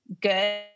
good